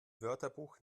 wörterbuch